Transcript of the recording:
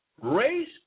race